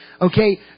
Okay